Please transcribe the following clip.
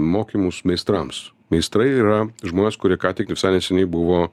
mokymus meistrams meistrai yra žmonės kurie ką tik visai neseniai buvo